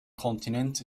kontinent